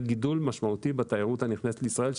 גידול משמעותי בתיירות הנכנסת לישראל,